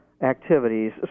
activities